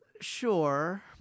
Sure